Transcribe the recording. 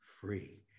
free